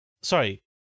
sorry